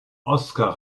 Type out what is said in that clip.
oskar